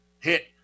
hit